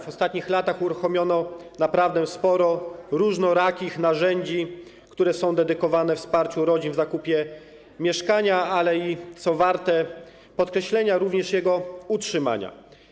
W ostatnich latach uruchomiono naprawdę sporo różnorakich narzędzi, które są ukierunkowane na wsparcie rodzin w zakupie mieszkania, ale, co warte podkreślenia, również w jego utrzymaniu.